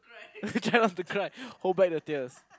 try not to cry hold back the tears